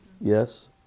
yes